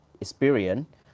experience